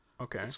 Okay